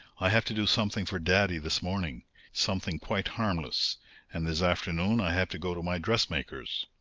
i have to do something for daddy this morning something quite harmless and this afternoon i have to go to my dressmaker's.